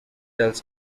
else